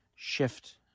shift